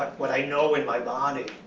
what i know in my body